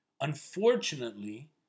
Unfortunately